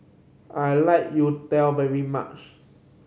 I like youtiao very much